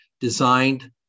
designed